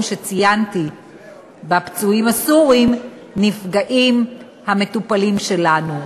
שציינתי בפצועים הסורים נפגעים המטופלים שלנו.